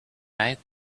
night